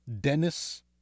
Dennis